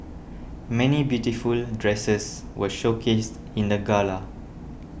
many beautiful dresses were showcased in the gala